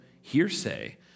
hearsay